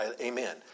Amen